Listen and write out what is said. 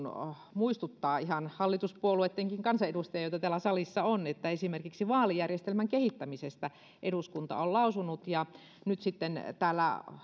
muistuttaa ihan hallituspuolueittenkin kansanedustajia joita täällä salissa on että esimerkiksi vaalijärjestelmän kehittämisestä eduskunta on lausunut ja nyt sitten täällä